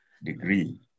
degree